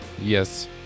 Yes